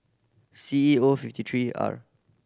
C E O fifty three R